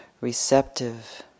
receptive